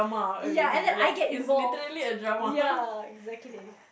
ya and then I get involved ya exactly